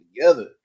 together